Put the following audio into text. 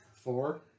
Four